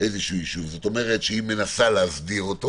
איזשהו ישוב זאת אומרת שהיא מנסה להסדיר אותו